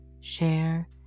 share